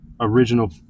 original